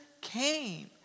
came